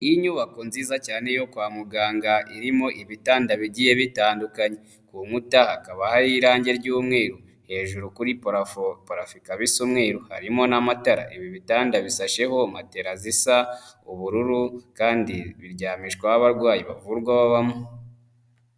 Inyubako nziza cyane yo kwa muganga irimo ibitanda bigiye bitandukanye, ku nkuta hakaba hariho irangi ry'umweru, hejuru kuri parafo, parafo ikaba isa umweru, harimo n'amatara, ibi bitanda bisasheho matera zisa ubururu kandi biryamishwaho abarwayi bavurwa babamo.